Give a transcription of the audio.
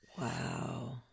Wow